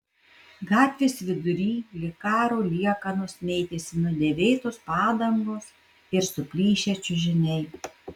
gatvės vidury lyg karo liekanos mėtėsi nudėvėtos padangos ir suplyšę čiužiniai